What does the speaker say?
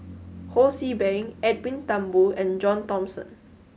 Ho See Beng Edwin Thumboo and John Thomson